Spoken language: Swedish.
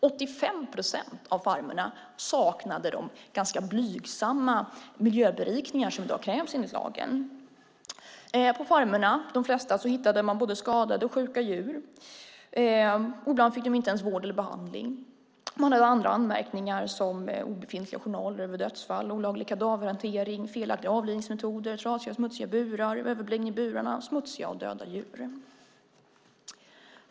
85 procent av farmerna saknade de ganska blygsamma miljöberikningar som i dag krävs enligt lagen. På de flesta farmer hittade man både skadade och sjuka djur. Ibland fick de inte ens vård eller behandling. Man hade även andra anmärkningar, som obefintliga journaler över dödsfall, olaglig kadaverhantering, felaktiga avlivningsmetoder, trasiga och smutsiga burar, överbeläggning i burarna samt smutsiga och döda djur.